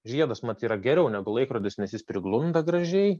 žiedas mat yra geriau negu laikrodis nes jis priglunda gražiai